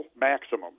maximum